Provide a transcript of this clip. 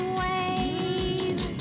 wave